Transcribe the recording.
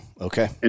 Okay